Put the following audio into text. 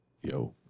Yo